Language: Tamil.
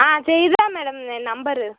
ஆ சரி இதுதான் மேடம் என் நம்பரு